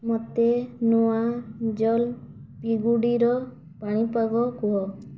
ମୋତେ ନୂଆ ଜଲପିଗୁଡ଼ିର ପାଣିପାଗ କୁହ